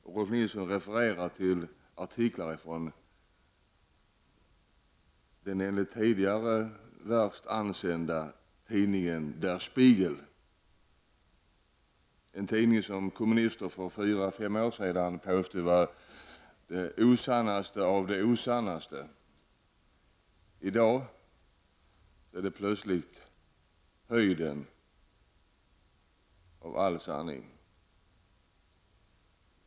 Rolf L Nilson refererar till artiklar i Der Spiegel, en tidning som tidigare hade sämsta tänkbara anseende och som kommunister för fyra till fem år sedan menade stod för det osannaste av det osanna. I dag står den plötsligt för höjden av all sanning.